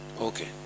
Okay